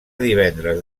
divendres